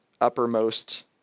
uppermost